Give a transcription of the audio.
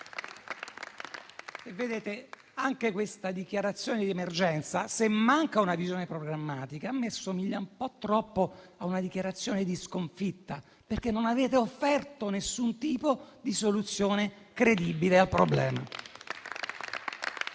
Vedete, anche questa dichiarazione di emergenza, se manca una visione programmatica, assomiglia un po' troppo a una dichiarazione di sconfitta, perché non avete offerto alcun tipo di soluzione credibile al problema.